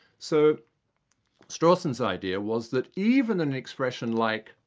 so strawson's idea was that even an expression like,